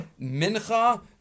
Mincha